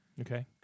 Okay